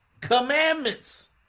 Commandments